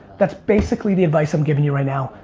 that's basically the advice i'm giving you right now.